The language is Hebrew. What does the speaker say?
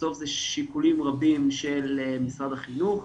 בסוף זה שיקולים רבים של משרד החינוך,